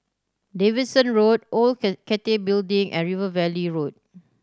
Davidson Road Old Cathay Building and River Valley Road